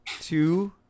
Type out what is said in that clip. two